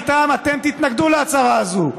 אתם תתנגדו להצהרה הזו.